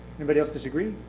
anybody else disagree?